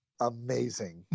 Amazing